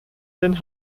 den